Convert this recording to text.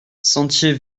sentier